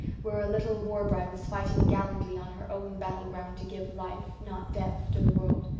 where a little war-bride was fighting gallantly on her own battleground to give life, not death, to the world.